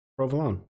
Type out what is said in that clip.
provolone